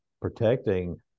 protecting